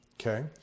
Okay